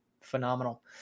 phenomenal